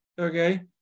okay